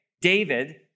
David